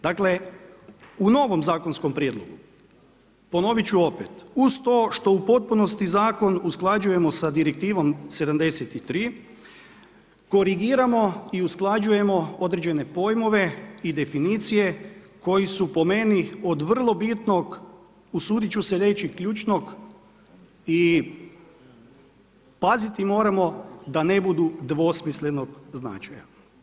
Dakle, u novom zakonskom prijedlogu, ponoviti ću opet, uz to što u potpunosti zakon usklađujemo sa direktivom 73 korigiramo i usklađujemo određene pojmove i definicije, koje su po meni, od vrlo bitnog, usuditi ću se reći ključnog i paziti moramo da ne budu dvosmislenog značaja.